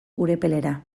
urepelera